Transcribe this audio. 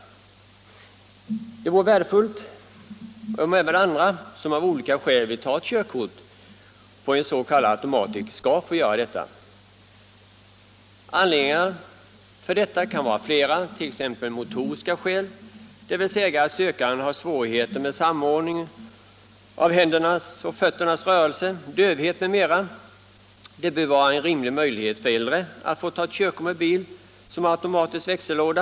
Men det vore värdefullt om även andra, som av olika skäl vill ta körkort på en s.k. automatic, kunde få göra detta. Anledningarna till att man ibland vill ha denna möjlighet kan vara flera, t.ex. motoriska skäl, dvs. att den sökande har svårigheter med att samordna händernas och fötternas rörelser, dövhet etc. Det bör också finnas en rimlig möjlighet för äldre att ta körkort med bil som har automatisk växellåda.